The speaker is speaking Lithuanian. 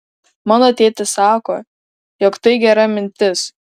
mano tėtis sako jog tai gera mintis